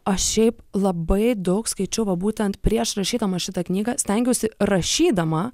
aš šiaip labai daug skaičiau va būtent prieš rašydama šitą knygą stengiuosi rašydama